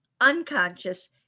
unconscious